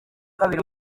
kabiri